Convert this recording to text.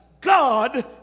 God